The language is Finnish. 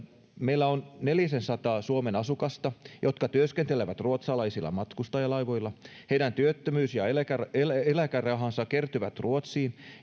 meillä on nelisensataa suomen asukasta jotka työskentelevät ruotsalaisilla matkustajalaivoilla heidän työttömyys ja eläkerahansa kertyvät ruotsiin